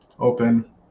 Open